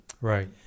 Right